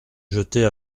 jeter